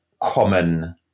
common